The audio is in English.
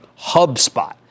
HubSpot